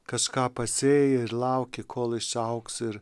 kažką pasėji ir lauki kol išaugs ir